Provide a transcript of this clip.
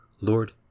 Lord